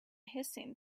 hissing